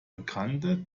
bekannte